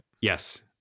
Yes